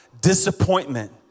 Disappointment